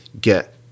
get